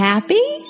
Happy